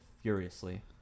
furiously